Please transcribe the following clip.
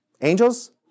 Angels